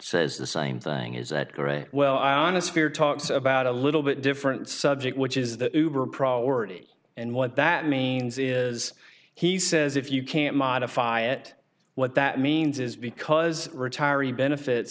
says the same thing is that correct well i honest fair talks about a little bit different subject which is the priority and what that means is he says if you can't modify it what that means is because retiring benefits